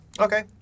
Okay